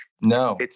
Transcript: No